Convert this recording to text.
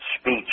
speech